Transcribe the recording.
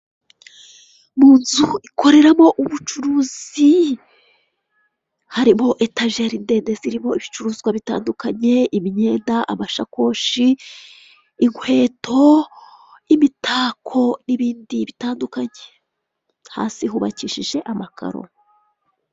Mu nzu ikoreramo ubucuruzi harimo etajeri ndende zirimo ibicuruzwa bitandukanye ibinyenda, amashakoshi, inkweto, imitako n'ibindi bitandukanye hasi hubakishije amakaro.